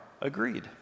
agreed